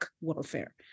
warfare